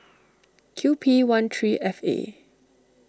Q P one three F A